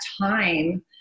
time